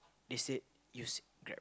they said use Grab